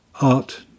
Art